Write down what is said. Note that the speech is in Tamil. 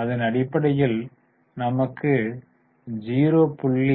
அதன் அடிப்படையில் நமக்கு 0